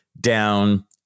down